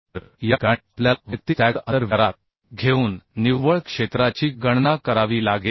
तर या ठिकाणी आपल्याला वैयक्तिक स्टॅगर्ड अंतर विचारात घेऊन निव्वळ क्षेत्राची गणना करावी लागेल